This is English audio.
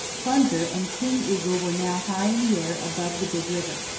plunger and king eagle were now high in the air above the big river.